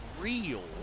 real